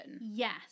Yes